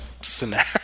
scenario